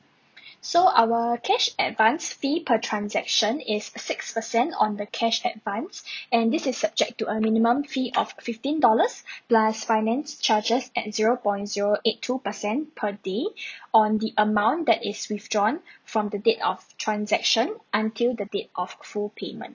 so our cash advance fee per transaction is six percent on the cash advance and this is subject to a minimum fee of fifteen dollars plus finance charges at zero point zero eight two percent per day on the amount that is withdrawn from the date of transaction until the date of full payment